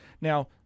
Now